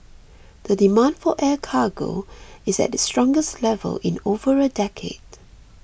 the demand for air cargo is at its strongest level in over a decade